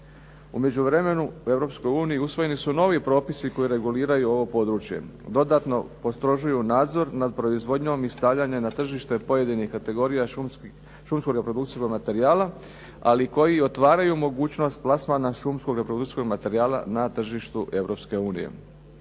u Europskoj uniji usvojeni su novi propisi koji reguliraju ovo područje, dodatno postrožuju nadzor nad proizvodnjom i stavljanje na tržište pojedinih kategorija šumskog reprodukcijskog materijala, ali koji otvaraju mogućnost plasmana šumskog reprodukcijskog materijala na tržištu